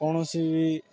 କୌଣସି ବି